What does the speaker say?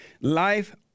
life